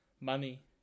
money